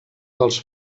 dels